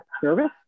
service